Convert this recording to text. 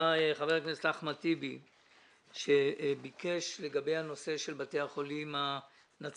חבר הכנסת אחמד טיבי ביקש לגבי הנושא של בתי החולים הנצרתיים,